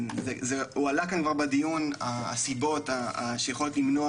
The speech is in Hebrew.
הועלה כאן כבר בדיון הסיבות שיכולות למנוע